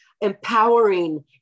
empowering